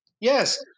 Yes